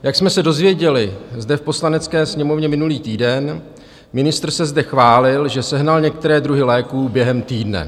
Jak jsem se dozvěděli zde v Poslanecké sněmovně minulý týden, ministr se zde chválil, že sehnal některé druhy léků během týdne.